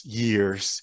years